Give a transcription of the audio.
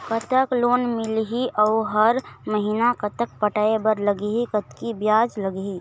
कतक लोन मिलही अऊ हर महीना कतक पटाए बर लगही, कतकी ब्याज लगही?